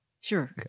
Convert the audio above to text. Sure